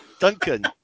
Duncan